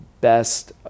best